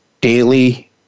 daily